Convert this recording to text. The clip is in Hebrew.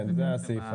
כן.